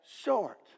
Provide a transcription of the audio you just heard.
short